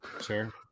Sure